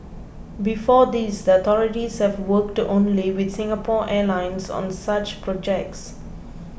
before this the authorities have worked only with Singapore Airlines on such projects